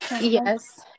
Yes